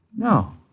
No